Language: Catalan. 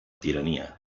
tirania